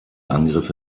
angriffe